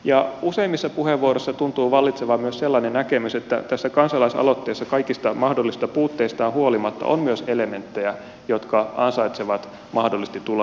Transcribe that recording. useimmissa puheenvuoroissa tuntuu vallitsevan myös sellainen näkemys että tässä kansalaisaloitteessa kaikista mahdollisista puutteistaan huolimatta on myös elementtejä jotka ansaitsevat mahdollisesti tulla hyväksytyiksi